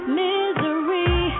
misery